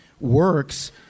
works